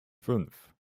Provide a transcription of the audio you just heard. fünf